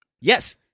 Yes